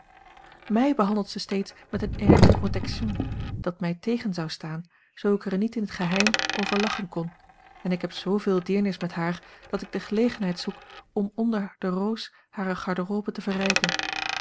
mij behandelt zij steeds met een air de protection dat mij tegen zou staan zoo ik er niet in het geheim over lachen kon en ik heb zooveel deernis met haar dat ik gelegenheid zoek om onder de roos hare garderobe te verrijken